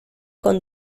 con